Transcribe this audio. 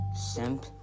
simp